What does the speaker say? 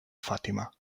fatima